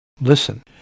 Listen